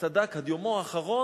אני זוכר את הורי הקשישים,